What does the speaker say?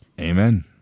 Amen